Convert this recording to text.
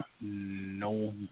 No